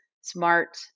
smart